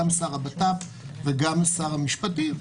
גם השר לביטחון פנים וגם שר המשפטים,